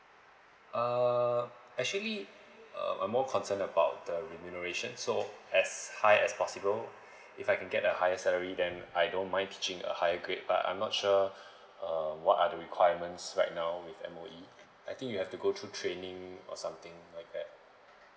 uh actually uh I'm more concerned about the remuneration so as high as possible if I can get a higher salary then I don't mind teaching a higher grade but I'm not sure uh what are the requirements right now with M_O_E I think you have to go through training or something like that